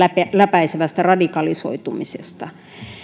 läpäisevästä radikalisoitumisesta